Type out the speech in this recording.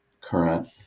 current